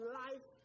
life